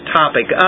topic